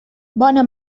bona